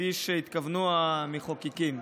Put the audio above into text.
כפי שהתכוונו המחוקקים.